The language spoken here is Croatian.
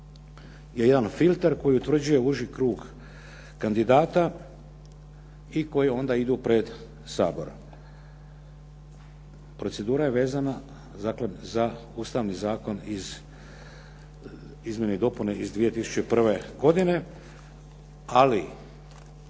je jedan filter koji utvrđuje uži krug kandidata i koji onda idu pred Sabor. Procedura je vezana za Ustavni zakon Izmjene i dopune iz 2001. godine. Ali